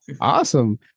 Awesome